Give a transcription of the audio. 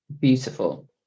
beautiful